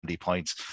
points